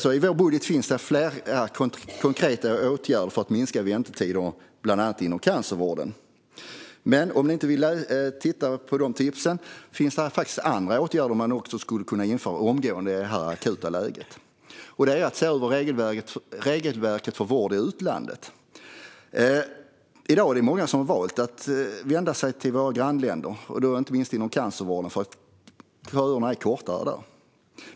I vår budget finns det flera konkreta åtgärder för att korta väntetiderna, bland annat inom cancervården. Men om ni inte vill titta på de tipsen finns det andra åtgärder man skulle kunna vidta omgående, i det här akuta läget. En är att se över regelverket för vård i utlandet. I dag är det många som väljer att vända sig till våra grannländer, inte minst inom cancervården. Köerna är kortare där.